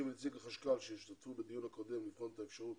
מנציגי החשב הכללי שהשתתפו בדיון הקודם לבחון את האפשרות